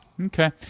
Okay